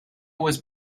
was